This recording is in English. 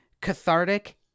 cathartic